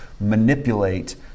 manipulate